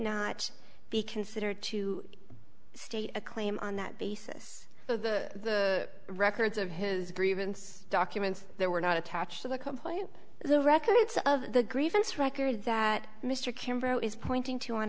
not be considered to state a claim on that basis of the records of his grievance documents there were not attached to the complaint the records of the grievance records that mr kimbrough is pointing to on